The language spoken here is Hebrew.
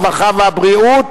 הרווחה והבריאות